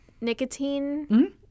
nicotine